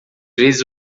vezes